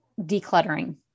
decluttering